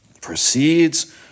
proceeds